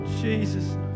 Jesus